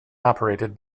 operated